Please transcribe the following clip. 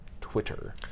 twitter